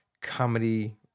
comedy